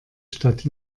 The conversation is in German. stadt